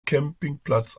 campingplatz